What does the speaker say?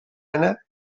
anna